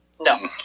No